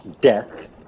death